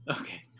okay